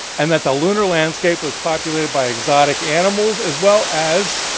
and that the lunar landscape was populated by exotic animals as well as